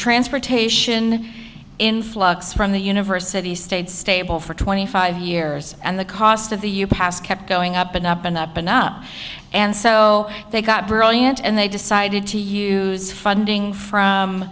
transportation influx from the university stayed stable for twenty five years and the cost of the you passed kept going up and up and up and up and so they got brilliant and they decided to use funding from